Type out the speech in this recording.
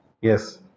Yes